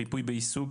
ריפוי בעיסוק,